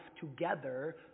together